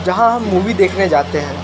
जहाँ हम मूवी देखने जाते हैं